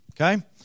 Okay